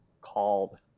called